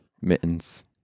Mittens